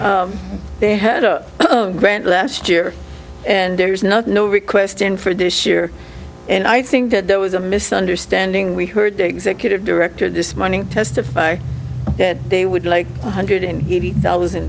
center they had a grant last year and there's not no request in for this year and i think that there was a misunderstanding we heard the executive director this morning testify that they would like hundred eighty thousand